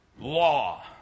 Law